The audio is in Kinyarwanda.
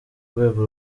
rwego